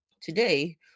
Today